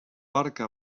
barca